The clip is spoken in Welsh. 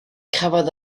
cafodd